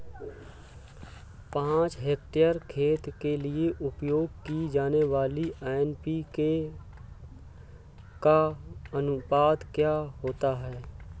पाँच हेक्टेयर खेत के लिए उपयोग की जाने वाली एन.पी.के का अनुपात क्या होता है?